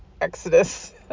exodus